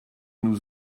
nous